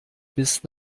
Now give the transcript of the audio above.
bis